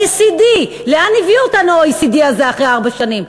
OECD. לאן הביא אותנו ה- OECDהזה אחרי ארבע שנים?